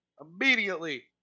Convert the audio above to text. immediately